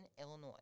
Illinois